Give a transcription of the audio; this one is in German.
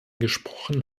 gesprochen